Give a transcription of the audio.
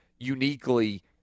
uniquely